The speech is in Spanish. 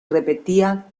repetía